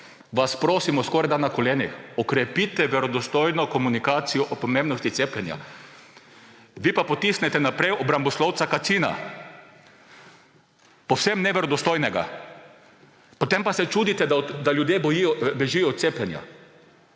vas prosimo, skoraj na kolenih, okrepite verodostojno komunikacijo o pomembnosti cepljenja. Vi pa potisnete naprej obramboslovca Kacina, povsem neverodostojnega. Potem pa se čudite, da ljudje bežijo od cepljenja.